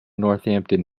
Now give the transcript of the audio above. northampton